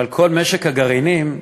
אבל כל משק הגרעינים,